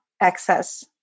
access